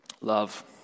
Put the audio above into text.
love